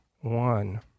one